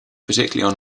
particularly